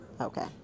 Okay